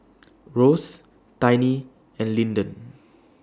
Ross Tiny and Linden